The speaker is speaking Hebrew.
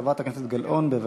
חברת הכנסת גלאון, בבקשה.